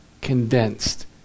condensed